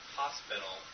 hospital